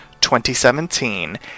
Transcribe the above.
2017